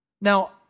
Now